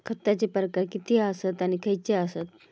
खतांचे प्रकार किती आसत आणि खैचे आसत?